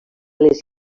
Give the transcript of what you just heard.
les